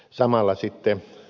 samalla sitten